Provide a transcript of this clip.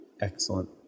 Excellent